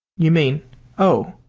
you mean oh,